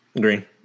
Green